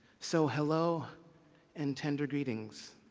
so, hello and tender greetings.